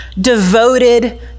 devoted